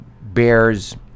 bears